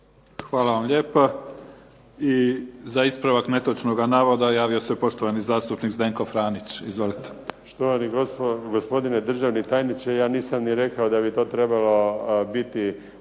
Hvala vam lijepa. I za ispravak netočnog navoda javio se poštovani zastupnik Zdenko Franić, izvolite. **Franić, Zdenko (SDP)** Štovani gospodine državni tajniče ja nisam ni rekao da bi to trebalo biti